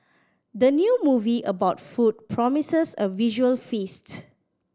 the new movie about food promises a visual feast